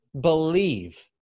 believe